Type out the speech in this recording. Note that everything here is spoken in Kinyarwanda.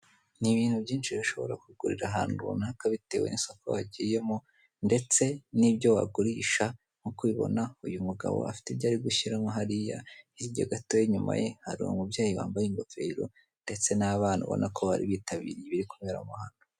Ni ibintu byinshi ushobora kugurira ahantu runaka bitewe n'isoko wagiyemo ndetse n'ibyo bagurisha. Nkuko ubibona uyu umugabo afite ibyo ari gushyiramo hariya, hirya gatoya inyuma ye hari umubyeyi wambaye ingofero ndetse n'abana ubona ko bari bitabiroye ibiri kuberamo hano.